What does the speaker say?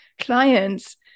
clients